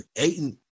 Aiden